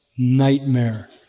Nightmare